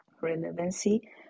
relevancy